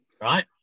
right